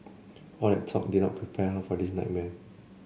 all that talk did not prepare her for this nightmare